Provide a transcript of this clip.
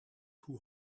two